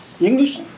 English